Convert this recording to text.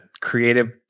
creative